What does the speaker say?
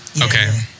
Okay